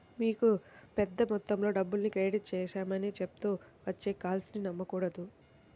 మీకు పెద్ద మొత్తంలో డబ్బుల్ని క్రెడిట్ చేశామని చెప్తూ వచ్చే కాల్స్ ని నమ్మకూడదు